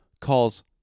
calls